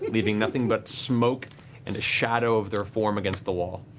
leaving nothing but smoke and a shadow of their form against the wall.